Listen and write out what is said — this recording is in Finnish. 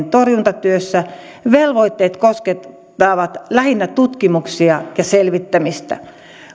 torjuntatyössä velvoitteet koskettavat lähinnä tutkimuksia ja selvittämistä